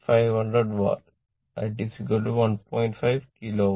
5 kilo VAr